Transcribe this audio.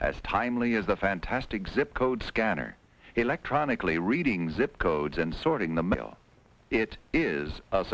as timely as the fantastic zip code scanner electronically reading zip codes and sorting the mail it is a